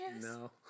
No